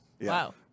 Wow